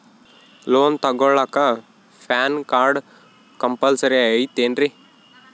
Loan ತೊಗೊಳ್ಳಾಕ PAN card compulsory ಐಯ್ತೇನ್ರಿ?